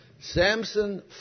Samson